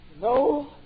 No